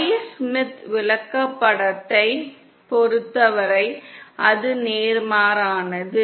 Y Smith விளக்கப்படத்தைப் பொறுத்தவரை அது நேர்மாறானது